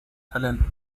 talent